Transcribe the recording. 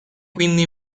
quindi